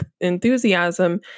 enthusiasm